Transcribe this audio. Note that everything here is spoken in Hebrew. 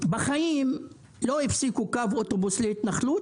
בחיים לא הפסיקו קו אוטובוס להתנחלות,